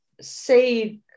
say